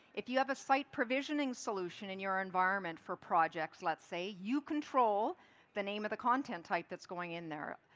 if you have a sight provisionin g solution in your environment for projects, let's say you control the name of the content type that's going in there.